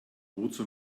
wozu